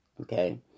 Okay